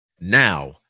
Now